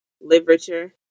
Literature